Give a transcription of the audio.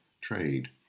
trade